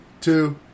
two